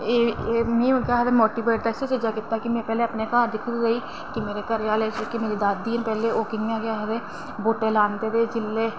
एह् एह् मोटीवेट कीता की पैह्लें अपने घर दिक्खगै की कि जेह्के मेरे घरै आह्ले मेरी दादी ऐ ओह् कि'यां बूह्टे लांदे